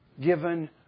given